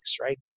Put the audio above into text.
right